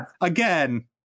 again